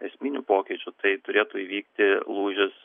esminių pokyčių tai turėtų įvykti lūžis